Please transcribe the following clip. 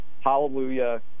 hallelujah